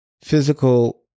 Physical